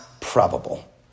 probable